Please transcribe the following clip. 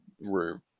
room